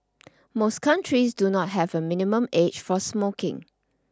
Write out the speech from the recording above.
most countries do not have a minimum age for smoking